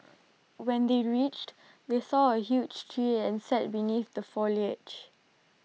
when they reached they saw A huge tree and sat beneath the foliage